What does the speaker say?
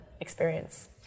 experience